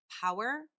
power